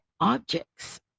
objects